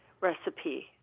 recipe